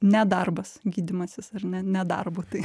ne darbas gydymasis ar ne ne darbu tai